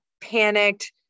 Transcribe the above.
panicked